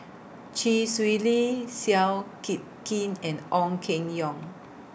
Chee Swee Lee Seow Kit Kin and Ong Keng Yong